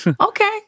Okay